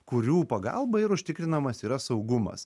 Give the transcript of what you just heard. kurių pagalba ir užtikrinamas yra saugumas